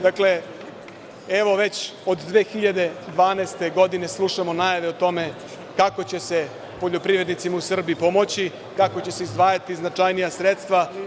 Dakle, evo već od 2012. godine slušamo najave o tome kako će se poljoprivrednicima u Srbiji pomoći, kako će se izdvajati značajnija sredstva.